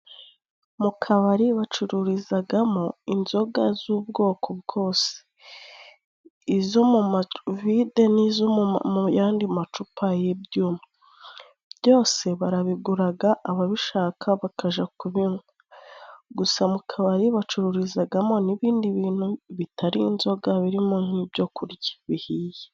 Mu kabari bacururizagamo inzoga z'ubwoko bwose, izo mu mavide n'izo mu yandi macupa y'ibyuma, byose barabiguraga ababishaka bakaja kubinywa. Gusa mu kabari bacururizagamo n'ibindi bintu bitari inzoga, birimo nk'ibyo kurya bihiye.